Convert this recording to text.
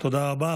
תודה רבה.